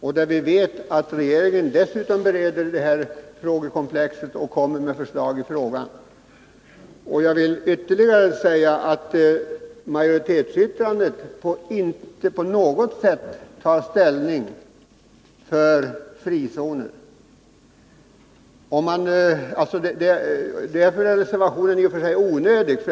Vi vet också att regeringen bereder det här frågekomplexet och kommer att lägga fram förslag i ärendet. Jag vill dessutom säga att majoritetsyttrandet inte på något sätt tar ställning för frizoner. Därför är reservationen i och för sig onödig.